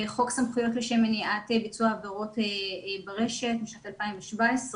חוק סמכויות לשם מניעת ביצוע עבירות ברשת משנת 2017,